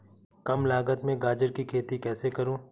कम लागत में गाजर की खेती कैसे करूँ?